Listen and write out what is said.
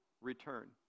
return